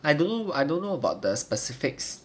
I don't know I don't know about the specifics